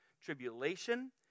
tribulation